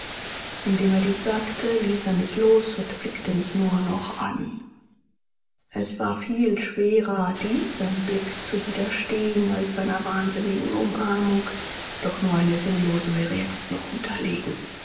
indem er dies sagte ließ er mich los und blickte mich nur noch an es war viel schwerer diesem blick zu widerstehen als seiner wahnsinnigen umarmung doch nur eine sinnlose wäre jetzt noch unterlegen